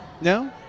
No